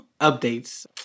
updates